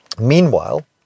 Meanwhile